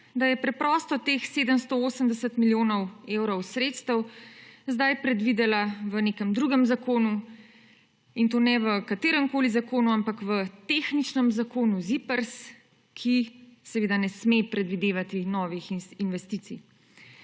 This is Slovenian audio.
da je preprosto teh 780 milijonov evrov sredstev zdaj predvidela v nekem drugem zakonu, in to ne v kateremkoli zakonu, ampak v tehničnem zakonu ZIPRS, ki seveda ne sme predvidevati novih investicij.